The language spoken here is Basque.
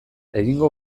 egingo